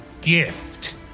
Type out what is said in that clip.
gift